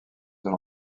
seul